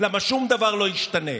למה שום דבר לא ישתנה.